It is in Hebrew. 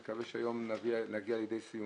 אני מקווה שהיום נגיע לידי סיום.